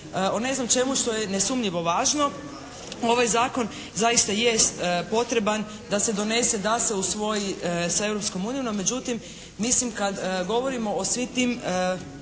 o ne znam čemu što je nesumnjivo važno. Ovaj zakon zaista jest potreban da se donese da se usvoji sa Europskom unijom. No međutim, mislim kad govorimo o svim tim